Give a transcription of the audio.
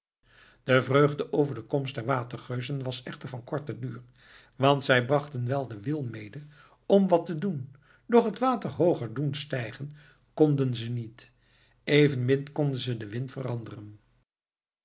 de vreugde over de komst der watergeuzen was echter van korten duur want zij brachten wel den wil mede om wat te doen doch het water hooger doen stijgen konden ze niet en evenmin konden ze den wind veranderen